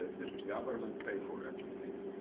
ah the government pay for everything.